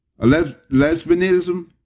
lesbianism